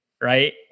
Right